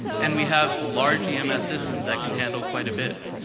and we have large ems systems that can handle quite a bit.